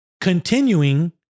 continuing